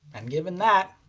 and given that,